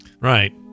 Right